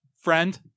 friend